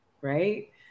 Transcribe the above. right